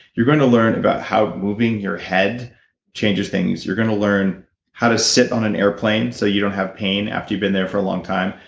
you're going to learn about how moving your head changes things you're going to learn how to sit on an airplane, so you don't have pain after you've been there for a long time.